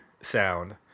sound